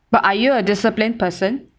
but are you a disciplined person